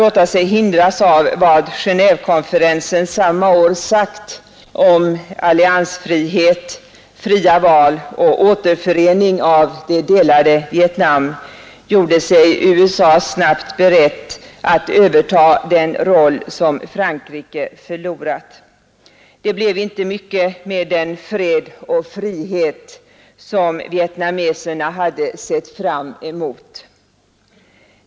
Utan att hindras av vad Genévekonferensen samma år sagt om alliansfrihet, fria val och återförening av det delade Vietnam gjorde sig USA snabbt berett att överta den roll som Frankrike förlorat. Det blev inte mycket med den fred och frihet som vietnameserna hade sett fram emot.